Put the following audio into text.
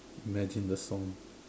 imagine the song